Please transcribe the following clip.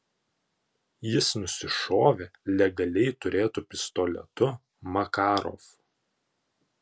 jis nusišovė legaliai turėtu pistoletu makarov